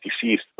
deceased